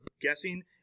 guessing